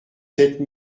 sept